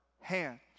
hand